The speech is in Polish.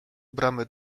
bramy